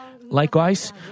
Likewise